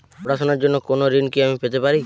পড়াশোনা র জন্য কোনো ঋণ কি আমি পেতে পারি?